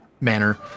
manner